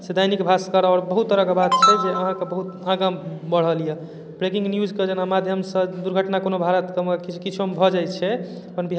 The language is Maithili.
आ नहि ओतबेमे रहल तऽ ओतबे काज करैत रहलहुँ ओतबेमे धयने रहलहुँ जाहि बेर मन भेल ताहि बेर तीन बेर चारि बेर मालेक निमेरा कयलहुँ मालिक खाय लऽ देलहुँ कूट्टी काटलहुँ सानी लगेलहुँ पानि पिएलहुँ